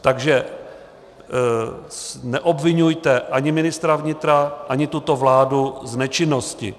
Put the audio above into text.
Takže neobviňujte ani ministra vnitra, ani tuto vládu z nečinnosti.